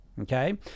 Okay